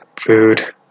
food